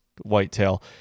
whitetail